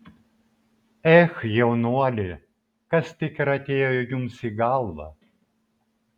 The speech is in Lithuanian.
ech jaunuoli kas tik ir atėjo jums į galvą